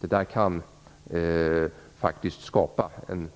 Detta kan skapa en